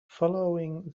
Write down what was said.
following